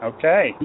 Okay